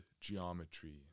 geometry